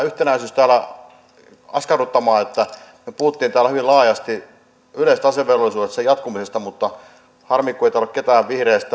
yhtenäisyys täällä askarruttamaan me puhuimme täällä hyvin laajasti yleisestä asevelvollisuudesta sen jatkumisesta mutta harmi kun täällä ei ole ketään vihreästä